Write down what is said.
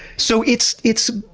so, it's it's